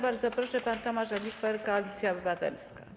Bardzo proszę, pan Tomasz Olichwer, Koalicja Obywatelska.